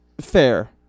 Fair